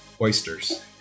Oysters